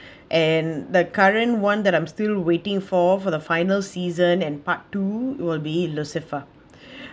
and the current one that I'm still waiting for for the final season and part two will be lucifer